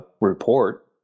report